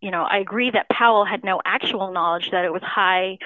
you know i agree that powell had no actual knowledge that it was high